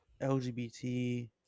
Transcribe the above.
LGBT